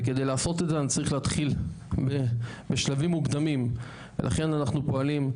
וכדי לעשות את זה אני צריך להתחיל בשלבים מוקדמים ולכן אנחנו פועלים,